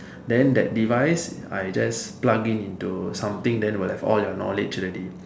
then that device I just plugging into something then will have all your knowledge already